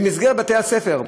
במסגרת בתי-הספר,